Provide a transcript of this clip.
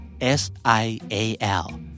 S-I-A-L